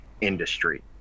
industry